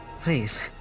Please